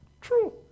true